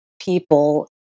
people